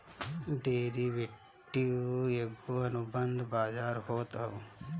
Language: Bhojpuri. डेरिवेटिव एगो अनुबंध बाजार होत हअ